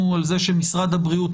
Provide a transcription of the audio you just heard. למיטב הבנתנו ושיפוטנו,